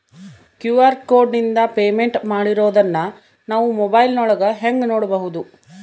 QR ಕೋಡಿಂದ payment ಮಾಡಿರೋದನ್ನ ನಾವು ಮೊಬೈಲಿನೊಳಗ ಹೆಂಗ ನೋಡಬಹುದು?